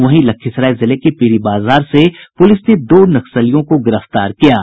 वहीं लखीसराय जिले के पीरी बाजार से पुलिस ने दो नक्सलियों को गिरफ्तार किया है